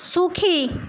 সুখী